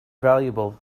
valuable